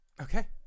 Okay